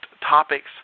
topics